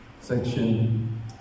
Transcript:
section